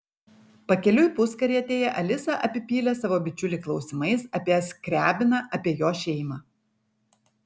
pakeliui puskarietėje alisa apipylė savo bičiulį klausimais apie skriabiną apie jo šeimą